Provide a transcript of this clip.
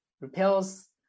repels